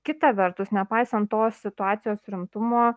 kita vertus nepaisant tos situacijos rimtumo